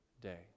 day